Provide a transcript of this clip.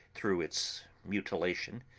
through its mutilation,